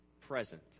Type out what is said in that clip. present